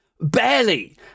Barely